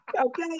Okay